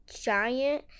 giant